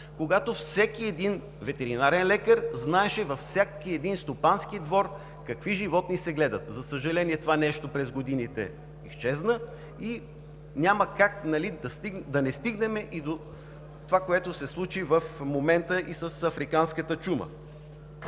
когато всеки един ветеринарен лекар знаеше във всеки един стопански двор какви животни се гледат. За съжаление, това нещо през годините изчезна и няма как да не стигнем и до това, което се случи в момента и с африканската чума